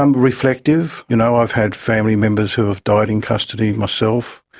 um reflective. you know i've had family members who have died in custody myself.